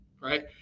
right